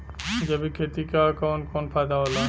जैविक खेती क कवन कवन फायदा होला?